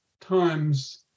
Times